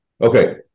okay